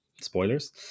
Spoilers